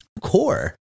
core